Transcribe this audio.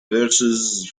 verses